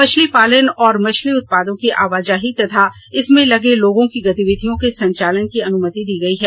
मछली पालन और मछली उत्पादों की आवाजाही तथा इसमें लगे लोगों की गतिविधियों के संचालन की अनुमति दी गई है